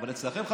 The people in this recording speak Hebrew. אבל אצלכם?